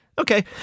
Okay